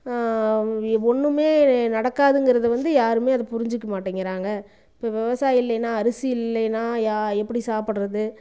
ஒன்றுமே நடக்காதுங்கிறது வந்து யாருமே அதை புரிஞ்சிக்க மாட்டேங்கிறாங்க இப்போ விவசாயி இல்லைனா அரிசி இல்லைனா யா எப்படி சாப்பிட்றது